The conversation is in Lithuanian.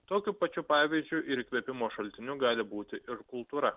tokiu pačiu pavyzdžiu ir įkvėpimo šaltiniu gali būti ir kultūra